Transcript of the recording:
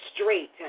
straight